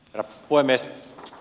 herra puhemies